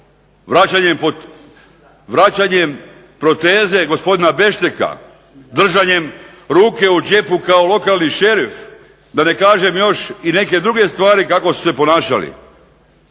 vraćanjem proteze gospodina Bešteka, držanjem ruke u džepu kao lokalni šerif, da ne kažem još i neke druge stvari kako su se ponašali.